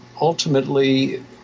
ultimately